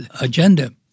agenda